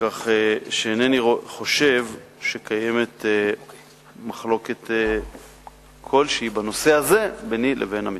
כך שאינני חושב שקיימת מחלוקת כלשהי בנושא הזה ביני לבין המציע.